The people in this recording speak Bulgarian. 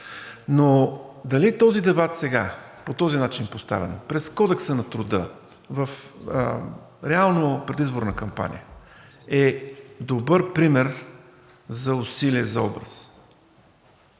но дали този дебат сега, по този начин поставен – през Кодекса на труда, в реална предизборна кампания, е добър пример за усилие за образ,